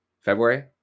February